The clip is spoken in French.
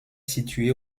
située